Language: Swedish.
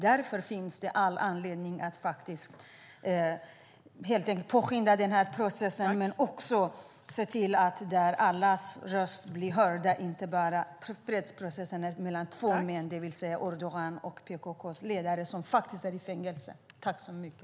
Därför finns det all anledning att helt enkelt påskynda den här processen men också att se till att allas röster blir hörda, inte bara fredsprocessen mellan två män, det vill säga Erdogan och PKK:s ledare, som faktiskt är i fängelse.